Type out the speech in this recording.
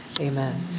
amen